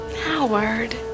Howard